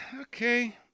Okay